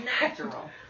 natural